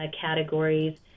categories